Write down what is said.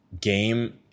game